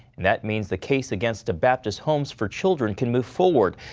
that means the case against a baptist home for children can move forward.